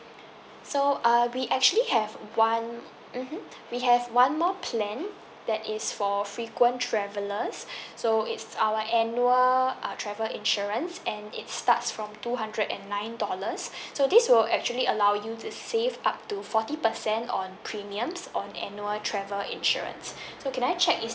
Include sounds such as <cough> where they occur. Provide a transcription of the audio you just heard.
so err we actually have one mmhmm we have one more plan that is for frequent travellers <breath> so it's our annual uh travel insurance and it's starts from two hundred and nine dollars so this will actually allow you to save up to forty percent on premiums on annual travel insurance so can I check is